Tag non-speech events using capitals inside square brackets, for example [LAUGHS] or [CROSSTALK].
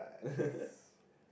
[LAUGHS]